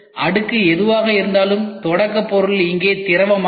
அடுக்கு எதுவாக இருந்தாலும் தொடக்க பொருள் இங்கே திரவமாகும்